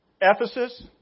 Ephesus